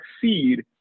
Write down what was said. succeed